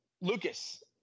Lucas